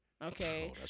okay